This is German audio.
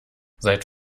seit